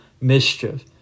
mischief